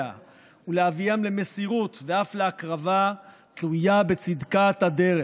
ולהביאם למסירות ואף להקרבה תלויה בצדקת הדרך.